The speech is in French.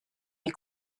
les